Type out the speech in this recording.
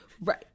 Right